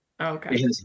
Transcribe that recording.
Okay